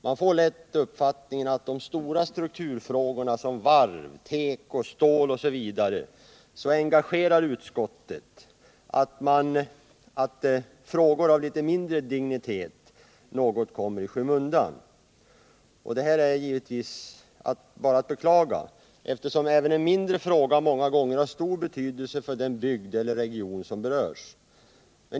Man får lätt uppfattningen att de stora strukturfrågorna — varv, teko, stål osv. — så engagerar utskottet att frågor av litet mindre dignitet kommer något i skymundan. Det är givetvis att beklaga, eftersom även mindre frågor många gånger har stor betydelse för den bygd eller region som berörs.